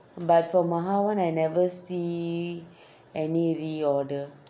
but for maha one I never see any reorder